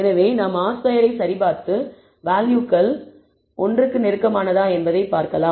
எனவே நாம் R2 ஐ சரிபார்த்து வேல்யூகள் 1 ஒன்றுக்கு நெருக்கமானதா என்பதைப் பார்க்கலாம்